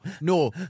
no